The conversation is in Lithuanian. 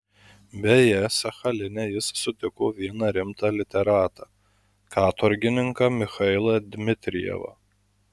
beje sachaline jis sutiko vieną rimtą literatą katorgininką michailą dmitrijevą